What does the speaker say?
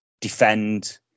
defend